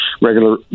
regular